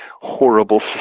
horrible